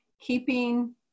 keeping